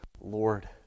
Lord